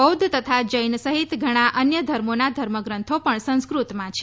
બૌધ્ધ તથા જૈન સહિત ઘણા અન્ય ધર્મોના ધર્મગ્રંથો પણ સંસ્કૃતમાં છે